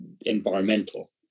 environmental